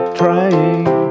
trying